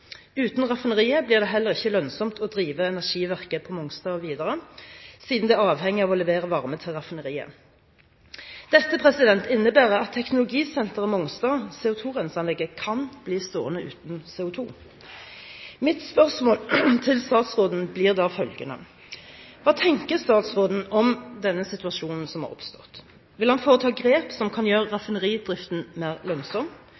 Uten raffineriet blir det heller ikke lønnsomt å drive energiverket på Mongstad videre, siden det er avhengig av å levere varme til raffineriet. Dette innebærer at Teknologisenter Mongstad, CO2-renseanlegget, kan bli stående uten CO2. Mitt spørsmål til statsråden blir da følgende: Hva tenker statsråden om denne situasjonen som er oppstått? Vil han foreta grep som kan gjøre raffineridriften mer lønnsom?